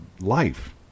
life